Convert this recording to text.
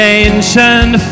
ancient